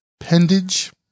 appendage